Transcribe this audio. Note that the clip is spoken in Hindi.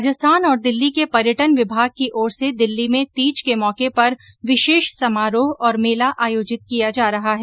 राजस्थान और दिल्ली के पर्यटन विभाग की ओर से दिल्ली में तीज के मौके पर विशेष समारोह और मेला आयोजित किया जा रहा है